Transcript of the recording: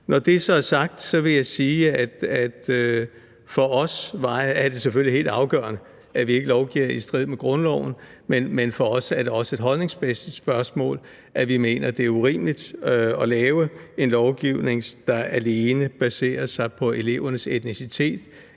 Når det så er sagt, vil jeg sige, at det selvfølgelige for os er helt afgørende, at vi ikke lovgiver i strid med grundloven, men for os er det også et holdningsmæssigt spørgsmål, altså at vi mener, det er urimeligt at lave en lovgivning, der alene baserer sig på elevernes etnicitet